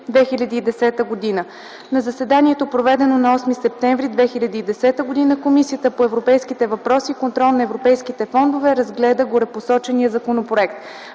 2010 г. На заседанието, проведено на 8 септември 2010 г., Комисията по европейските въпроси и контрол на европейските фондове разгледа горепосочения законопроект.